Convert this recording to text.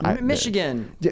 Michigan